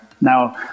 Now